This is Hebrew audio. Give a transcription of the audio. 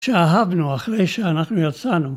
שאהבנו אחרי שאנחנו יצאנו.